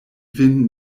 vin